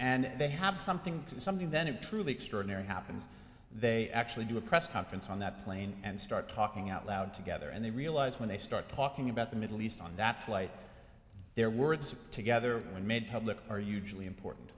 and they have something to do something then it truly extraordinary happens they actually do a press conference on that plane and start talking out loud together and they realize when they start talking about the middle east on that flight their words together and made public are usually important